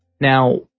Now